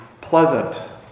pleasant